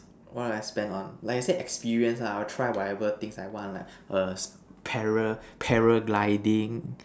what will I spend on like you say experience lah I will try whatever things I want like err para para gliding